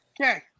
Okay